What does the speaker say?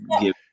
give